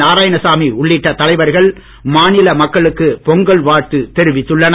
நாராயணசாமி உள்ளிட்ட தலைவர்கள் மாநில மக்களுக்கு பொங்கல் வாழ்த்து தெரிவித்துள்ளனர்